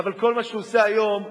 אבל כל מה שהוא עושה היום זה,